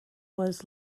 was